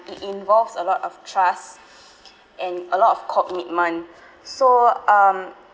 it involves a lot of trust and a lot of commitment so um